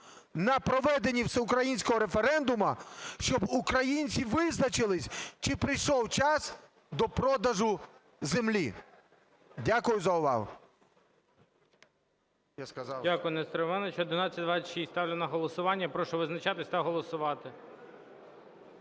на проведенні всеукраїнського референдуму, щоб українці визначились, чи прийшов час до продажу землі. Дякую за увагу.